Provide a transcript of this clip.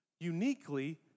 Uniquely